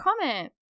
comment